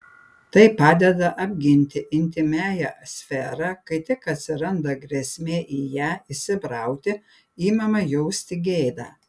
tai padeda apginti intymiąją sferą kai tik atsiranda grėsmė į ją įsibrauti imame jausti gėdą